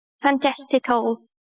fantastical